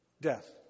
Death